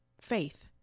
faith